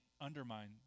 undermine